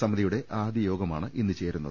സമിതിയുടെ ആദ്യ യോഗമാണ് ഇന്ന് ചേരുന്നത്